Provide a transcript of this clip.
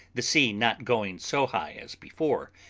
the sea not going so high as before,